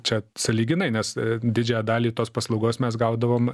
čia sąlyginai nes didžiąją dalį tos paslaugos mes gaudavom